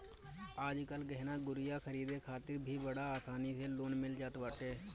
आजकल गहना गुरिया खरीदे खातिर भी बड़ा आसानी से लोन मिल जात बाटे